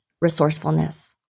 resourcefulness